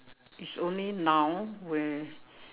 it's only now where